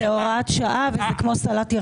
הם מסבירים שזה הוראת שעה וזה כמו סלט ירקות.